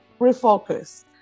refocus